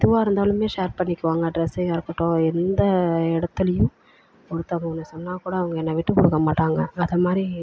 எதுவாக இருந்தாலுமே ஷேர் பண்ணிக்குவோம் அவங்க ட்ரெஸ்ஸிங்காக இருக்கட்டும் எந்த எடத்துலேயும் ஒருத்தங்க ஒன்று சொன்னால் கூட அவங்க என்னை விட்டு கொடுக்க மாட்டாங்க அது மாதிரி